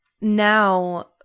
now